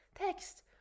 text